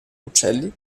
uccelli